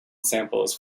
samples